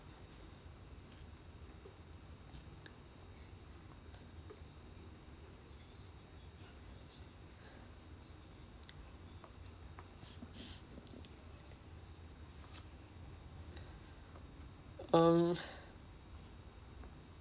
um